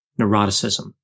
neuroticism